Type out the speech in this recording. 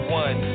one